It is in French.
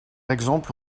exemple